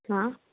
हां